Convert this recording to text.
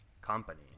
company